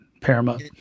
paramount